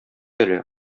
әле